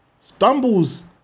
Stumbles